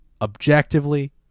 objectively